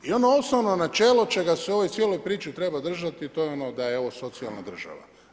I ono osnovno načelo čega se u ovoj cijeloj priči treba držati, to je ono da je ovo socijalna država.